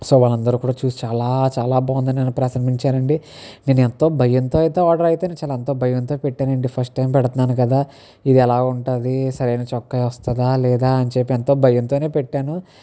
so వాళ్ళు అందరు కూడా చూసి చాలా చాలా బాగుంది అని నన్ను ప్రశంసించారు అండి నేను ఎంతో భయంతో అయితే ఆర్డర్ అయితే చాలా అంత భయంతో పెట్టానండి ఫస్ట్ టైం పెడ్తున్నాను కదా ఇది ఎలా ఉంటుంది సరైన చొక్కా వస్తుందా లేదా అని చెప్పి ఎంతో భయంతో పెట్టాను